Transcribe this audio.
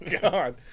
god